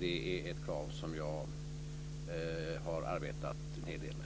Det är ett krav som jag har arbetat en hel del med.